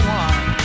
one